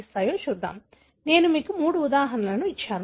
నేను మీకు మూడు ఉదాహరణలు ఇచ్చాను